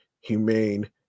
humane